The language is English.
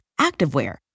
activewear